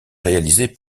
réalisée